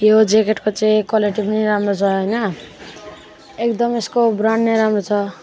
यो ज्याकेटको चाहिँ क्वालिटी पनि राम्रो छ होइन एकदम यसको ब्रान्ड नि राम्रो छ